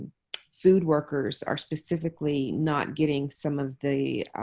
food workers are specifically not getting some of the